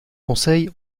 conseil